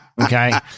okay